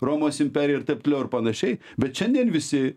romos imperija ir taip toliau ir panašiai bet šiandien visi